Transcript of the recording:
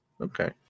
Okay